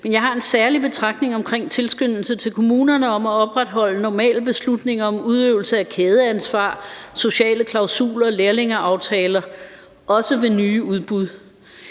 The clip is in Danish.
Men jeg har en særlig betragtning om tilskyndelsen til kommunerne om at opretholde normale beslutninger om udøvelse af kædeansvar, sociale klausuler og lærlingeaftaler også ved nye udbud.